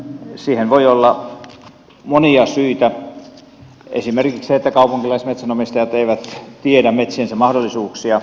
siihen voi olla monia syitä esimerkiksi se että kaupunkilaismetsänomistajat eivät tiedä metsiensä mahdollisuuksia